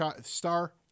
Star